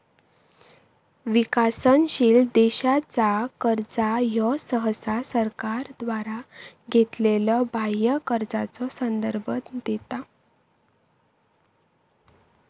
विकसनशील देशांचा कर्जा ह्यो सहसा सरकारद्वारा घेतलेल्यो बाह्य कर्जाचो संदर्भ देता